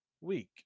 week